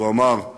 הוא אמר: